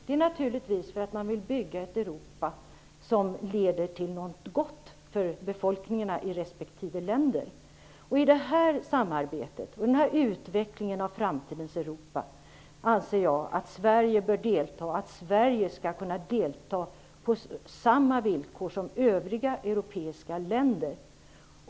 Det är naturligtvis för att man vill bygga ett Europa som leder till något gott för befolkningarna i respektive länder. I detta samarbete och denna utveckling av framtidens Europa anser jag att Sverige skall kunna delta på samma villkor som övriga europeiska länder.